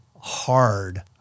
hard